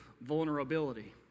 vulnerability